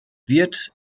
wird